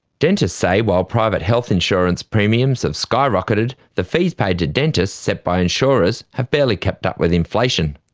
dentists say while private health insurance premiums have skyrocketed, the fees paid to dentists, set by insurers, have barely kept up with inflation.